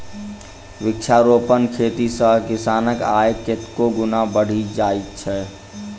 वृक्षारोपण खेती सॅ किसानक आय कतेको गुणा बढ़ि जाइत छै